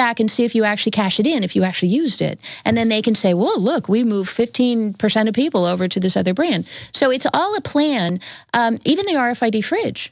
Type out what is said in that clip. back and see if you actually cash it in if you actually used it and then they can say well look we moved fifteen percent of people over to this other brand so it's all a plan even they are fighting fridge